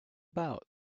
about